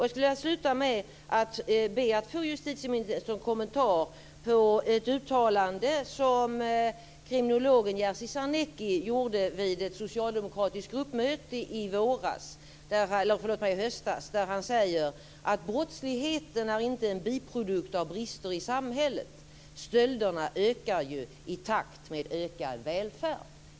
Jag skulle vilja sluta med att be att få justitieministerns kommentar till ett uttalande som kriminologen Jerzy Sarnecki gjorde vid ett socialdemokratiskt gruppmöte i höstas. Han sade att brottsligheten inte är en biprodukt av brister i samhället. Stölderna ökar ju i takt med ökad välfärd.